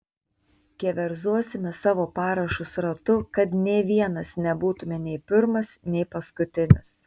keverzosime savo parašus ratu kad nė vienas nebūtume nei pirmas nei paskutinis